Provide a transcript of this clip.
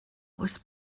oes